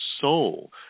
soul